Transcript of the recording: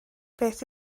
beth